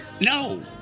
No